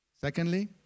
Secondly